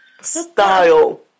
style